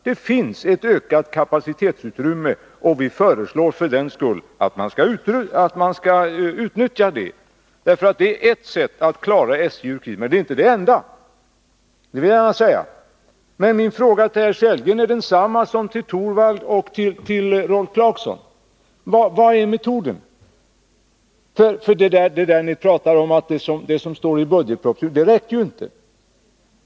Det finns ett kapacitetsutrymme, och vi föreslår för den skull att det skall utnyttjas. Detta är ett sätt att klara SJ ur krisen. Men det är inte det enda — det vill jag gärna säga. Min fråga till herr Sellgren är densamma som till Rune Torwald och Rolf Clarkson: Vilken är metoden? Det som står i budgetpropositionen räcker ju inte.